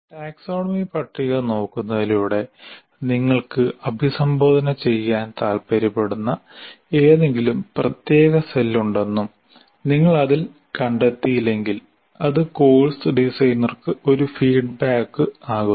taxonomy പട്ടിക നോക്കുന്നതിലൂടെ നിങ്ങൾക്ക് അഭിസംബോധന ചെയ്യാൻ താൽപ്പര്യപ്പെടുന്ന ഏതെങ്കിലും പ്രത്യേക സെൽ ഉണ്ടെന്നും നിങ്ങൾ അതിൽ കണ്ടെത്തിയില്ലെങ്കിൽ അത് കോഴ്സ് ഡിസൈനർക്ക് ഒരു ഫീഡ്ബാക്ക് ആകുന്നു